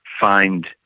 find